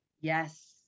Yes